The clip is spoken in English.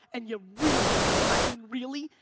and you really, and i mean really,